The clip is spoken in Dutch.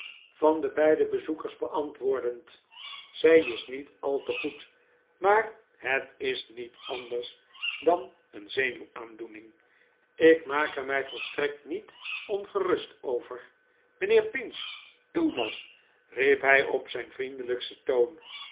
van de beide bezoekers beantwoordend zij is niet al te goed maar het is niet anders dan een zenuwaandoening ik maak er mij volstrekt niet ongerust over mijnheer pinch thomas riep hij op zijn vriendelijksten toon